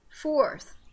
fourth